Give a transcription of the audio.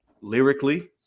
lyrically